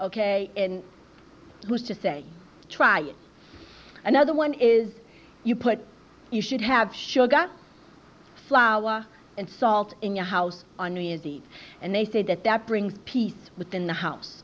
ok who's to say try another one is you put you should have sugar flour and salt in your house on new year's eve and they say that that brings peace within the house